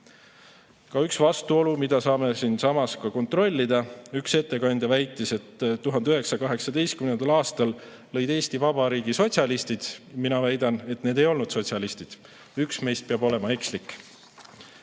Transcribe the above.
Üks vastuolu, mida saame siinsamas kontrollida: üks ettekandja väitis, et 1918. aastal lõid Eesti Vabariigi sotsialistid. Mina väidan, et need ei olnud sotsialistid. Üks meist peab olema eksinud.